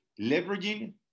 leveraging